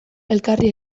elkarri